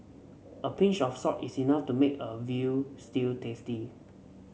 a pinch of salt is enough to make a veal stew tasty